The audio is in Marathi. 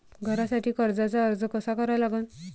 घरासाठी कर्जाचा अर्ज कसा करा लागन?